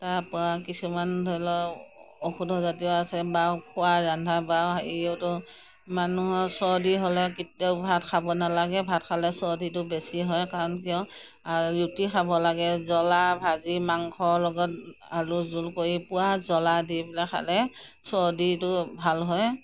তাৰ পৰা কিছুমান ধৰি লওক ঔষধৰ জাতীয় আছে বা খোৱা ৰন্ধা বা হেৰিয়তো মানুহৰ চৰ্দি হ'লে কেতিয়াও ভাত খাব নালাগে ভাত খালে চৰ্দিটো বেছি হয় কাৰণ কিয় ৰুটি খাব লাগে জ্ৱলা ভাজি মাংস লগত আলু জোল কৰি পূৰা জ্ৱলা দি পেলাই খালে চৰ্দিটো ভাল হয়